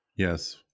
Yes